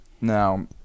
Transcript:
now